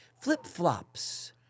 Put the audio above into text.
Flip-flops